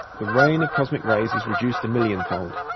the rain of cosmic-rays is reduced a million-fold.